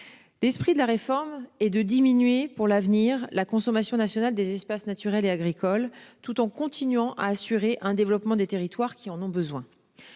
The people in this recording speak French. L'esprit de la réforme et de diminuer pour l'avenir la consommation nationale des espaces naturels et agricoles tout en continuant à assurer un développement des territoires qui en ont besoin